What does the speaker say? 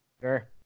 Sure